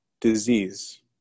disease